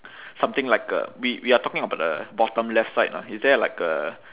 something like a we we are talking about the bottom left side ah is there like a